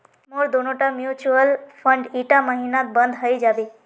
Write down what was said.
मोर दोनोटा mutual fund ईटा महिनात बंद हइ जाबे